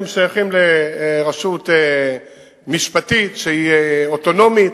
הם שייכים לרשות משפטית, שהיא אוטונומית,